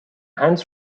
hands